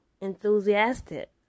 enthusiastic